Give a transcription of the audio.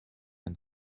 and